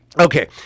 Okay